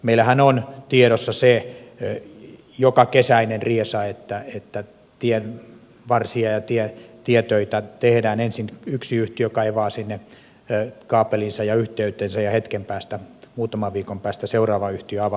meillähän on tiedossa se jokakesäinen riesa että tien varsia ja tietöitä tehdään ensin yksi yhtiö kaivaa sinne kaapelinsa ja yhteytensä ja hetken päästä muutaman viikon päästä seuraava yhtiö avaa